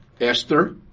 Esther